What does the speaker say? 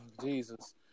Jesus